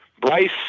Bryce